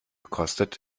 kostet